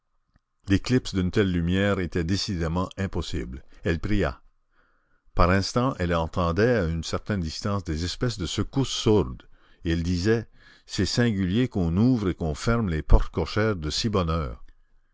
l'éclipse d'une telle lumière était décidément impossible elle pria par instants elle entendait à une certaine distance des espèces de secousses sourdes et elle disait c'est singulier qu'on ouvre et qu'on ferme les portes cochères de si bonne